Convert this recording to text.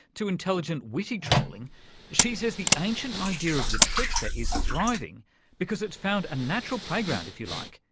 to intelligent, witty trolling she says the ancient idea of the trickster is thriving because it's found a natural playground, if you like,